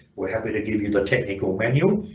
we're happy to give you the technical manual